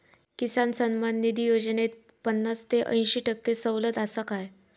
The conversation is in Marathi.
किसान सन्मान निधी योजनेत पन्नास ते अंयशी टक्के सवलत आसा काय?